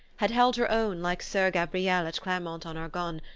had held her own like soeur gabrielle at clermont-en-argonne,